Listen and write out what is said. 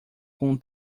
com